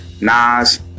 Nas